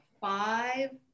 five